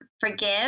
forgive